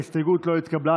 ההסתייגות לא התקבלה.